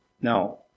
Now